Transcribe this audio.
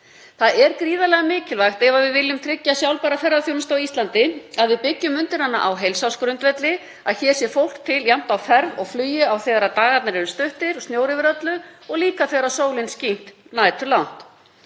Það er gríðarlega mikilvægt ef við viljum tryggja sjálfbæra ferðaþjónustu á Íslandi að við byggjum undir hana á heilsársgrundvelli, að hér sé fólk jafnt á ferð og flugi þegar dagarnir eru stuttir og snjór yfir öllu og líka þegar sólin skín næturlangt.